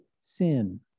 sin